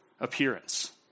appearance